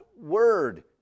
word